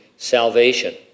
Salvation